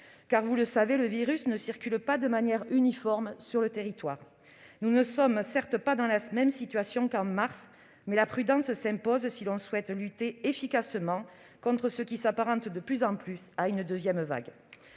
Car, vous le savez, le virus ne circule pas de manière uniforme sur le territoire. Nous ne sommes certes pas dans la même situation qu'en mars, mais la prudence s'impose si l'on souhaite lutter efficacement contre ce qui s'apparente de plus en plus à une deuxième vague.